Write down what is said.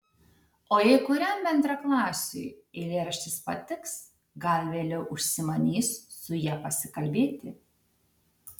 o jei kuriam bendraklasiui eilėraštis patiks gal vėliau užsimanys su ja pasikalbėti